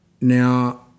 Now